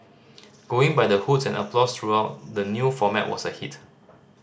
going by the hoots and applause throughout the new format was a hit